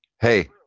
Hey